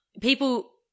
people